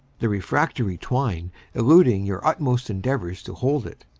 the refractory twine eluding your utmost endeavors to hold it.